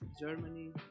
Germany